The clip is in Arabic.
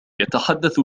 يتحدث